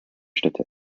städte